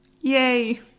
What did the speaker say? yay